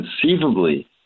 conceivably